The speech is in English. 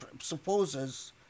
supposes